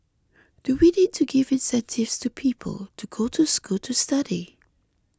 do we need to give incentives to people to go to school to study